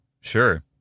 sure